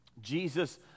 Jesus